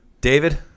David